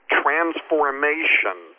transformation